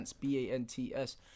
B-A-N-T-S